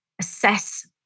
assess